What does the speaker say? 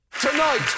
Tonight